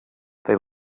they